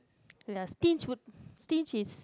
ya stinge would stinge is